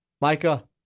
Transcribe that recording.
Micah